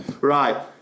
Right